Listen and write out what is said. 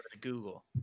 Google